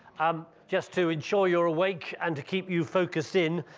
um just to ensure you're awake and to keep you focused in.